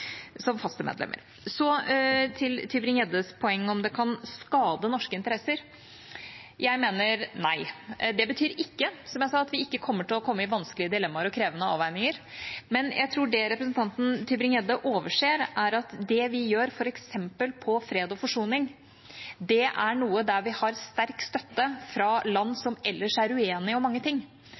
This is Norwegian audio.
som faste medlemmer. Så til Tybring-Gjeddes poeng, om det kan skade norske interesser. Jeg mener nei. Det betyr ikke, som jeg sa, at vi ikke kommer til å komme i vanskelige dilemmaer og måtte gjøre krevende avveininger. Men jeg tror det representanten Tybring-Gjedde overser, er at det vi gjør f.eks. på fred og forsoning, er noe der vi har sterk støtte fra land som ellers er uenige om mange ting.